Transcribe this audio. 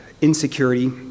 insecurity